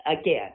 again